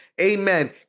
Amen